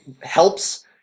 helps